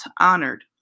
honored